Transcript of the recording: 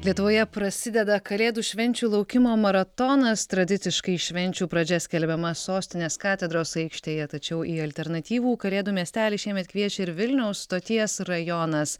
lietuvoje prasideda kalėdų švenčių laukimo maratonas tradiciškai švenčių pradžia skelbiama sostinės katedros aikštėje tačiau į alternatyvų kalėdų miestelį šiemet kviečia ir vilniaus stoties rajonas